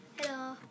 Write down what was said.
Hello